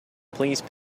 please